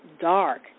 dark